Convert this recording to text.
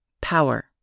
Power